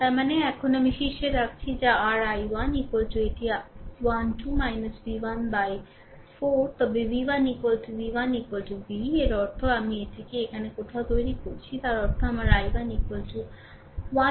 তার মানে এখানে আমি শীর্ষে রাখছি যা r i1 এটি 12 V 1 বাই 4 তবে V 1 V 1 V এর অর্থ আমি এটিকে এখানে কোথাও তৈরি করছি তার অর্থ আমার i1 12 V 4